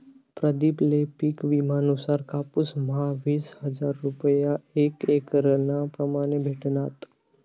प्रदीप ले पिक विमा नुसार कापुस म्हा वीस हजार रूपया एक एकरना प्रमाणे भेटनात